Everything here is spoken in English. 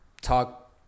talk